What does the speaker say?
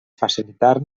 facilitar